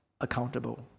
accountable